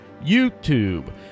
YouTube